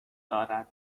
دارد